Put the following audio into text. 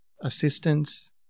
assistance